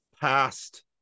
past